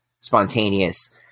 Spontaneous